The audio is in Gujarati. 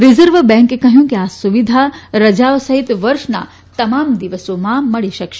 રીઝર્વ બેંકે કહયું છે કે આ સુવિધા રજાઓ સહિત વર્ષના તમામ દિવસોમાં મળી શકશે